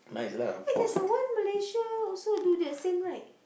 eh there's a one Malaysia also do the same right